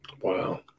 Wow